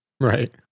Right